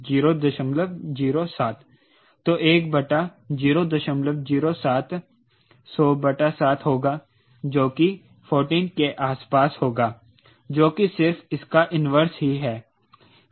तो 1 बटा 007 100 बटा 7 होगा जो कि 14 के आस पास होगा जो कि सिर्फ इसका इन्वर्स ही है